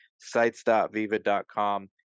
Sites.viva.com